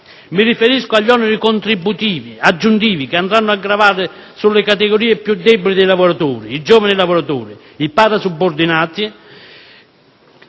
Mi riferisco agli oneri contributivi aggiuntivi che andranno a gravare sulle categorie più deboli dei lavoratori, come i giovani lavoratori e i parasubordinati,